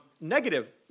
negative